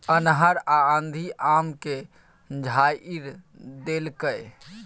अन्हर आ आंधी आम के झाईर देलकैय?